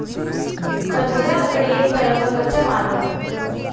खरबुदाह लकड़ी एक तरे क कच्चा माल होला